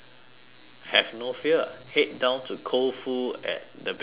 have no fear head down to koufu at the basement